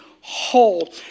whole